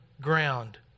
ground